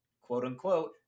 quote-unquote